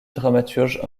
dramaturge